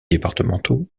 départementaux